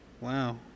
Wow